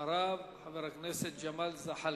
אחריו, חבר הכנסת ג'מאל זחאלקה.